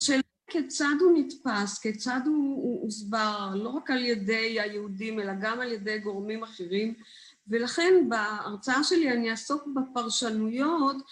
של כיצד הוא נתפס, כיצד הוא הוסבר, לא רק על ידי היהודים אלא גם על ידי גורמים אחרים ולכן בהרצאה שלי אני אעסוק בפרשנויות